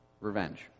revenge